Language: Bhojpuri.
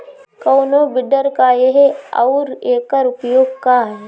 कोनो विडर का ह अउर एकर उपयोग का ह?